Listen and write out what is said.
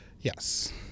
Yes